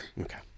Okay